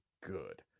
good